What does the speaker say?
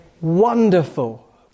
wonderful